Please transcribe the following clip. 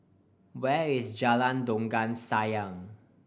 where is Jalan Dondang Sayang